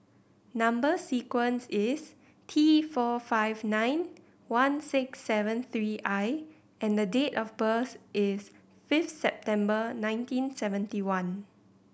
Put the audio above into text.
number sequence is T four five nine one six seven three I and date of birth is fifth September nineteen seventy one